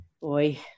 boy